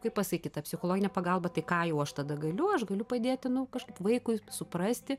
kaip pasakyt ta psichologinė pagalba tai ką jau aš tada galiu aš galiu padėti nu kažkaip vaikui suprasti